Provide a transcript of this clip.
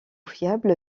fiable